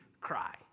cry